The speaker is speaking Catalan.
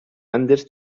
andes